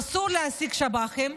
אסור להעסיק שב"חים,